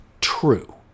true